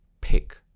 pick